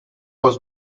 was